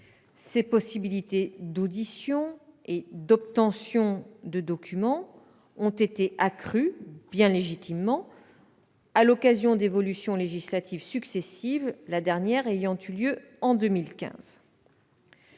Ses possibilités d'audition et d'obtention de documents ont été accrues bien légitimement, à l'occasion d'évolutions législatives successives, la dernière ayant eu lieu en 2015.